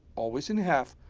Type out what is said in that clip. always in half,